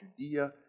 Judea